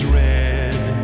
red